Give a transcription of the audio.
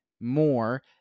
more